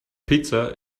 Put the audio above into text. pizza